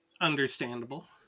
Understandable